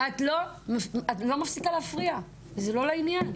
את לא מפסיקה להפריע וזה לא לעניין.